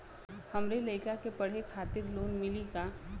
हमरे लयिका के पढ़े खातिर लोन मिलि का?